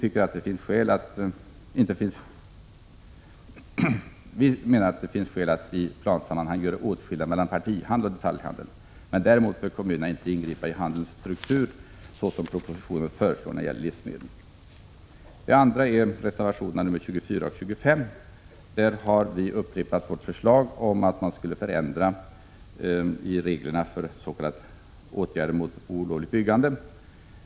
Centern anser att det finns skäl att i plansammanhang göra åtskillnad mellan partihandel och detaljhandel. Däremot bör inte kommunerna ingripa i handelns struktur, såsom föreslås i propositionen när det gäller livsmedel. När det gäller reservationerna 24 och 25 har vi upprepat vårt förslag att det bör göras en ändring i reglerna om åtgärder mot s.k. olovligt byggande.